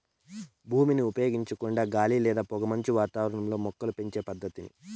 భూమిని ఉపయోగించకుండా గాలి లేదా పొగమంచు వాతావరణంలో మొక్కలను పెంచే పద్దతి